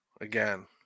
again